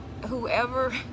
whoever